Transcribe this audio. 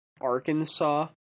Arkansas